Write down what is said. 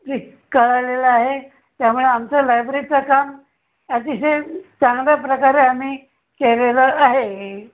trick कळलेलं आहे त्यामुळे आमचं लायब्ररीचं काम अतिशय चांगल्या प्रकारे आम्ही केलेलं आहे